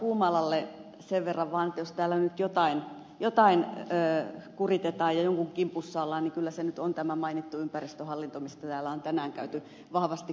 puumalalle sen verran vaan että jos täällä nyt jotain kuritetaan ja jonkun kimpussa ollaan niin kyllä se nyt on tämä mainittu ympäristöhallinto josta täällä on tänään käyty vahvasti keskustelua